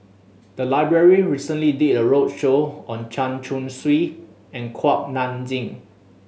the library recently did a roadshow on Chen Chong Swee and Kuak Nam Jin